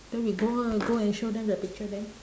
then we go out go and show them the picture then